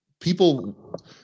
people